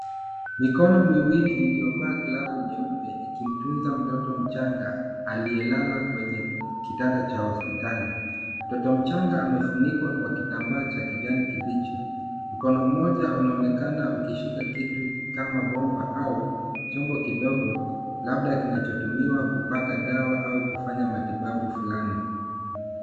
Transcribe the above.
Mikono miwili iliyovaa glavu nyeupe ikimtunza mtoto mchanga aliyelala kwenye kitanda cha hospitali. Mtoto mchanga amefunikwa kwa kitambaa cha kijani kibichi. Mkono mmoja unaonekana ukishika kitu kama bomba au chombo kidogo labda kinachotumiwa kupaka dawa au kufanya matibabu fulani.